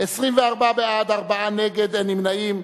24 בעד, ארבעה נגד, אין נמנעים.